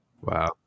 wow